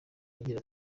agira